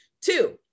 two